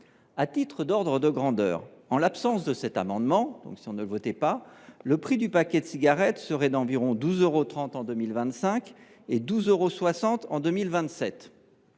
À titre d’ordre de grandeur, en l’absence de cet amendement, le prix du paquet de cigarettes serait d’environ 12,30 euros en 2025 et 12,60 euros en 2027.